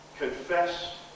Confess